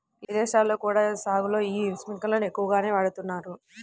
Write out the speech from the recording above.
ఇదేశాల్లో కూడా సాగులో యీ స్పింకర్లను ఎక్కువగానే వాడతన్నారు